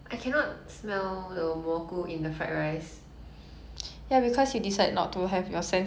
help